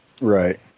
Right